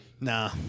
Nah